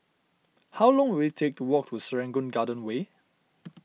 how long will it take to walk to Serangoon Garden Way